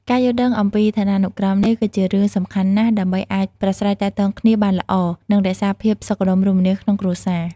ការយល់ដឹងអំពីឋានានុក្រមនេះ គឺជារឿងសំខាន់ណាស់ដើម្បីអាចប្រាស្រ័យទាក់ទងគ្នាបានល្អ និងរក្សាភាពសុខដុមរមនាក្នុងគ្រួសារ។